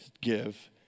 give